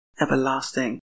everlasting